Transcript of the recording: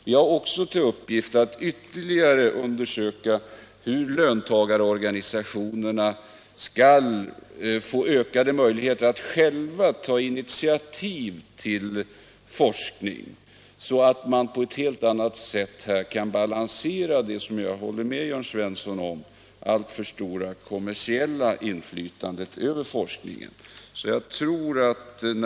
Vi har också till uppgift att ytterligare undersöka hur löntagarorganisationerna skall få ökade möjligheter att själva ta initiativ till forskning, så att man på ett helt annat sätt än nu kan balansera det alltför stora kommersiella inflytandet över forskningen — på den punkten håller jag med Jörn Svensson.